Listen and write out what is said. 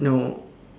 no